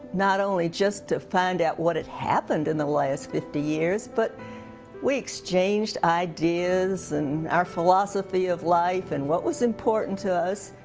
not only just to find out what had happened in the last fifty years, but we exchanged ideas and our philosophy of life and what was important to us,